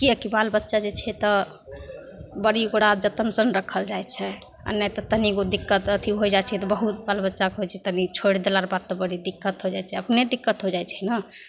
किएकि बाल बच्चा जे छै तऽ बड़ी ओकरा जतनसे ने राखल जाइ छै आओर नहि तऽ तनिगो दिक्कत अथी हो जाइ छै तऽ बहुत बाल बच्चाके होइ छै तनि छोड़ि देलाके बात तऽ बहुत दिक्कत हो जाइ छै अपने दिक्कत हो जाइ छै ने